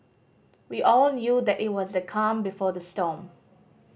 we all knew that it was the calm before the storm